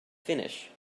finish